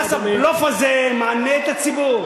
חברים, מס הבלוף הזה מענה את הציבור.